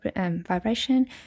vibration